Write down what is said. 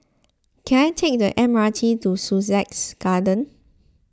can I take the M R T to Sussex Garden